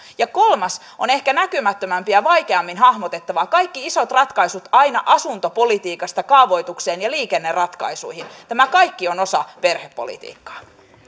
ja kolmas on ehkä näkymättömämpi ja vaikeammin hahmotettava kaikki isot ratkaisut aina asuntopolitiikasta kaavoitukseen ja liikenneratkaisuihin nämä kaikki ovat osa perhepolitiikkaa